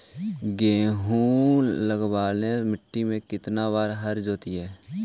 गेहूं लगावेल मट्टी में केतना बार हर जोतिइयै?